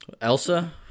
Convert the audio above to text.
Elsa